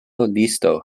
listo